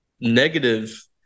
negative